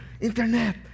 internet